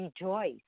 rejoice